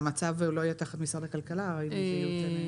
גם לא יהיה תחת משרד הכלכלה אם זה יוצא.